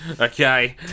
okay